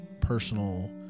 personal